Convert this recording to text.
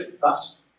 thus